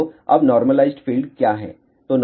तो अब normalised field क्या है